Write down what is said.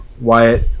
Wyatt